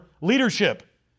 leadership